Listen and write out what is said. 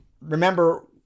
remember